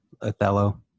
Othello